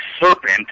serpent